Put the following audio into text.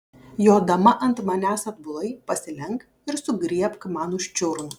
jodama ant manęs atbulai pasilenk ir sugriebk man už čiurnų